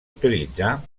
utilitzar